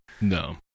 No